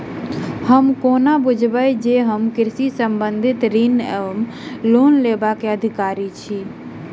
हम कोना बुझबै जे हम कृषि संबंधित ऋण वा लोन लेबाक अधिकारी छी?